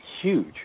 huge